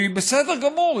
היא בסדר גמור,